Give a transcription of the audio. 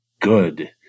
good